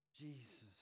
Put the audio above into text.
Jesus